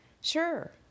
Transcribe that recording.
sure